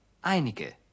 einige